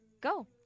Go